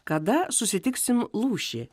kada susitiksim lūšį